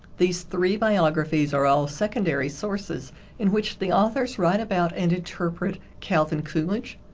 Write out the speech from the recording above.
these three biographies are all secondary sources in which the authors write about and interpret calvin coolidge,